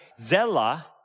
zella